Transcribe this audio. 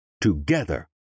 together